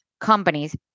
companies